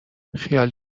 خیال